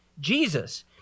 Jesus